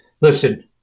listen